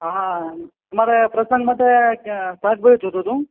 હા મારે પ્રસંગ માટે શાકભાજી જોતું હતું